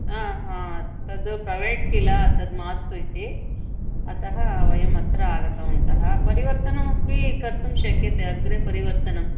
ह हा तद् प्रवेट् किल तद् मास्तु इति अतः वयम् अत्र आगतवन्तः परिवर्तनमपि कर्तुं शक्यते अग्रे परिवर्तनम्